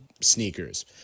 sneakers